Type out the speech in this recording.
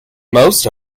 most